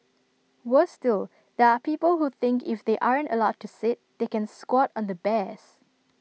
worse still there are people who think if they aren't allowed to sit they can squat on the bears